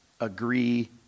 agree